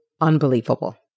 unbelievable